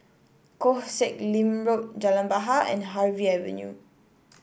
Koh Sek Lim Road Jalan Bahar and Harvey Avenue